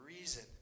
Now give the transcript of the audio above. reason